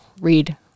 read